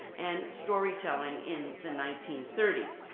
and storytelling in the nineteen thirty s.